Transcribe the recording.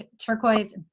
turquoise